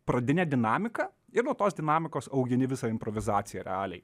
pradinę dinamiką ir nuo tos dinamikos augini visą improvizaciją realiai